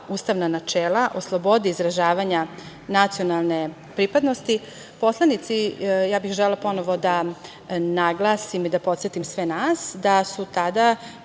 Ustavna načela o slobodi izražavanja nacionalne pripadnosti, poslanici, ja bih želela ponovo da naglasim i da podsetim sve nas da su tada